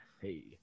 hey